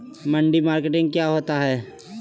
मंडी मार्केटिंग क्या होता है?